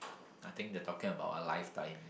I think they're talking about a lifetime